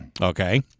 Okay